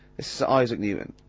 this is isaac newton,